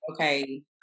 okay